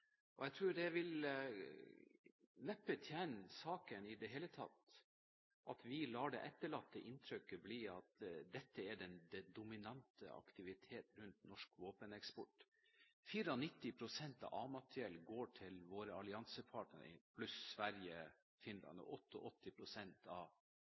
tatt. Jeg tror det neppe vil tjene saken at vi etterlater det inntrykk at dette er den dominante aktivitet rundt norsk våpeneksport. 94 pst. av A-materiell går til våre alliansepartnere, pluss Sverige og Finland, og 88 pst. av